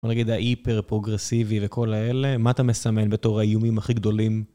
בוא נגיד ההיפר פרוגרסיבי וכל האלה, מה אתה מסמן בתור האיומים הכי גדולים?